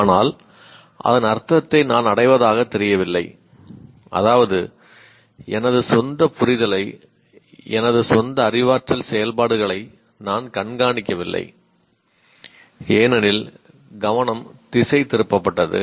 ஆனால் அதன் அர்த்தத்தை நான் அடைவதாகத் தெரியவில்லை அதாவது எனது சொந்த புரிதலை எனது சொந்த அறிவாற்றல் செயல்பாடுகளை நான் கண்காணிக்கவில்லை ஏனெனில் கவனம் திசை திருப்பப்பட்டது